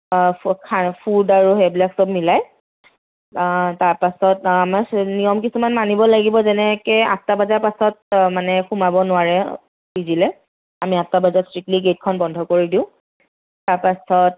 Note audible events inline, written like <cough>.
<unintelligible> food আৰু সেইবিলাক চব মিলাই তাৰপাছত <unintelligible> নিয়ম কিছুমান মানিব লাগিব যেনেকৈ আঠটা বজাৰ পাছত মানে সোমাব নোৱাৰে পি জিলৈ আমি আঠটা বজাত ষ্ট্ৰিক্টলী গেটখন বন্ধ কৰি দিওঁ তাৰপাছত